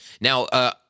Now